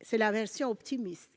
C'est une vision optimiste,